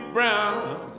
Brown